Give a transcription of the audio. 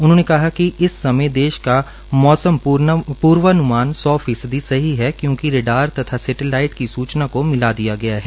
उन्होंने कहा कि इस समय देश का मौसम प्र्वान्मान सौ फीसदी सही क्योंकि रेडार तथा सेटेलाईट की सूचना का मिला दिया गया है